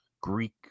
Greek